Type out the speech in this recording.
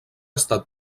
estat